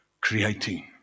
creating